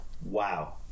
wow